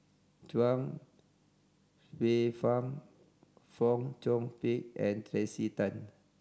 Chuang Hsueh Fang Fong Chong Pik and Tracey Tan